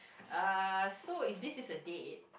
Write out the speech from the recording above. uh so if this is the date